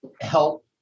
help